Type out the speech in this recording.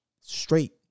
straight